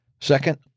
Second